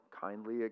kindly